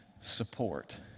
support